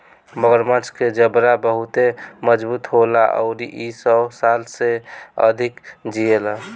मगरमच्छ के जबड़ा बहुते मजबूत होला अउरी इ सौ साल से अधिक जिएला